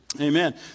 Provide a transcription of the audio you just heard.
Amen